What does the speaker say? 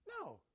No